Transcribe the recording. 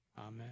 Amen